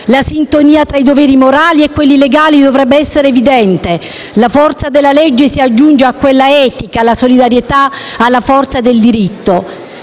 La sintonia tra i doveri morali e quelli legali dovrebbe essere evidente. La forza della legge si aggiunge a quella etica, la solidarietà alla forza del diritto.